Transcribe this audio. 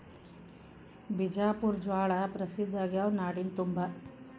ಬಿಜಾಪುರ ಜ್ವಾಳಾ ಪ್ರಸಿದ್ಧ ಆಗ್ಯಾವ ನಾಡಿನ ತುಂಬಾ